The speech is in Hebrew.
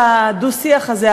צריכים להפנות את הדו-שיח הזה,